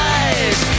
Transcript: eyes